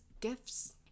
gifts